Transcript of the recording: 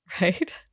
right